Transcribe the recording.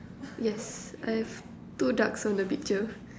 yes I have two ducks on the picture